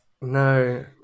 No